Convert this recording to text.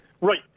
Right